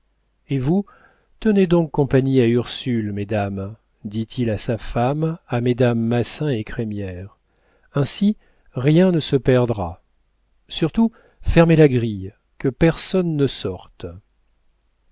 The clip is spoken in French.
et vous tenez donc compagnie à ursule mesdames dit-il à sa femme à mesdames massin et crémière ainsi rien ne se perdra surtout fermez la grille que personne ne sorte